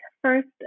first